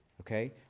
okay